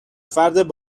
فرد